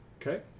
okay